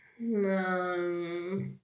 No